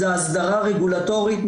זה ההסדרה רגולטורית,